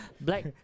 black